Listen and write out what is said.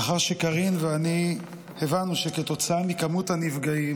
לאחר שקארין ואני הבנו שכתוצאה ממספר הנפגעים,